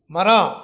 மரம்